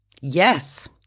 yes